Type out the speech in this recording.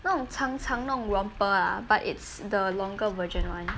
那种长长那种 romper but it's the longer version [one]